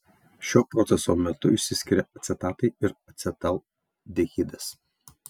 šio proceso metu išsiskiria acetatai ir acetaldehidas